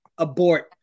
abort